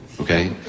okay